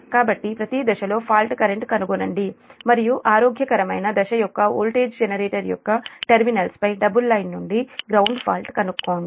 కాబట్టి ప్రతి దశలో ఫాల్ట్ కరెంట్ కనుగొనండి మరియు ఆరోగ్యకరమైన దశ యొక్క వోల్టేజ్ జనరేటర్ యొక్క టెర్మినల్స్ పై డబుల్ లైన్ నుండి గ్రౌండ్ ఫాల్ట్ కనుక్కోండి